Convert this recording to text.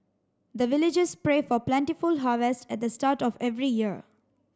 the villagers pray for plentiful harvest at the start of every year